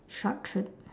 short trip